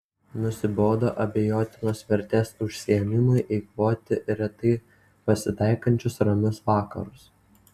nusibodo abejotinos vertės užsiėmimui eikvoti retai pasitaikančius ramius vakarus